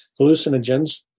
hallucinogens